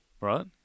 right